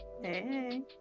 hey